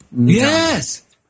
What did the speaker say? Yes